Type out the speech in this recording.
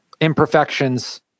imperfections